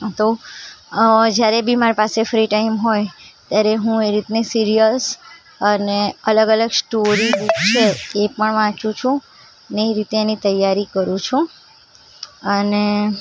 તો અ જયારે બી મારી પાસે ફ્રી ટાઈમ હોય ત્યારે હું એ રીતની સીરિઅલ્સ અને અલગ અલગ સ્ટોરી બુક છે એ પણ વાંચું છું અને એ રીતે એની તૈયારી કરું છું અને